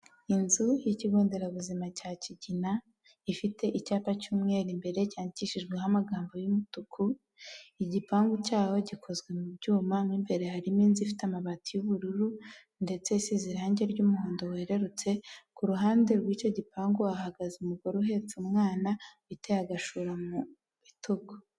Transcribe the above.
Inzu y'ikigo nderabuzima cya Kigina, ifite icyapa cy'umweru imbere cyandikishijweho amagambo y'umutuku, igipangu cyaho gikozwe mu byuma mo imbere harimo inzu ifite amabati y'ubururu, ndetse asize irangi ry'umuhondo werererutse, ku ruhande rw'icyo gipangu hahagaze umugore uhetse umwana, witeye agashura mu bitugu.